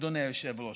אדוני היושב-ראש.